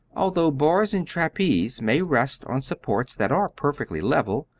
although bars and trapeze may rest on supports that are perfectly level,